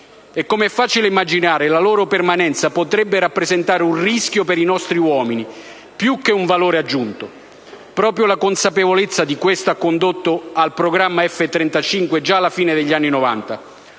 E come è facile immaginare, la loro permanenza potrebbe rappresentare un rischio per i nostri uomini più che un valore aggiunto. Proprio la consapevolezza di questo ha condotto al programma F-35 già alla fine degli anni Novanta,